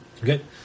Good